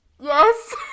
yes